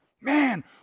Man